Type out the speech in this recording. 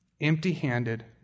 Empty-handed